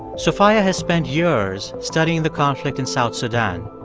sophia has spent years studying the conflict in south sudan.